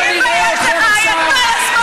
בואו נראה אתכם עכשיו, תתבייש לך, סמוטריץ.